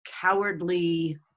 cowardly